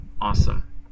awesome